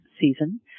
season